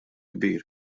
kbir